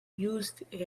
used